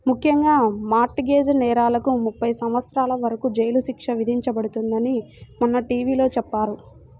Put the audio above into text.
ముఖ్యంగా mortgage నేరాలకు ముప్పై సంవత్సరాల వరకు జైలు శిక్ష విధించబడుతుందని మొన్న టీ.వీ లో చెప్పారు